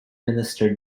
minister